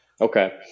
Okay